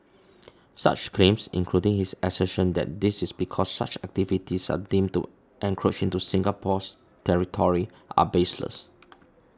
such claims including his assertion that this is because such activities are deemed to encroach into Singapore's territory are baseless